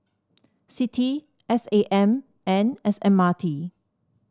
CITI S A M and S M R T